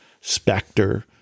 specter